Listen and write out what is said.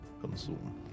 consume